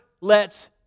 lets